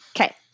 Okay